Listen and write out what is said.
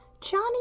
Johnny